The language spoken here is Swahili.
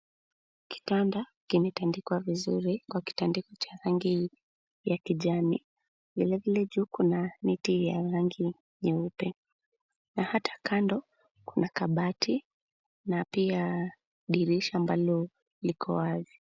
Kitanda kimetandikwa vizuri kwa kitandiko cha rangi ya kijani. Vilevile juu kuna miti ya rangi nyeupe. Na hata kando kuna kabati na pia dirisha ambalo liko wazi.